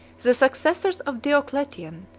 the successors of diocletian